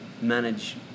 manage